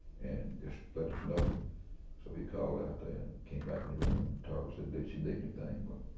and just let us know so he called out there and came back in the room, and tarver said, does she need anything? but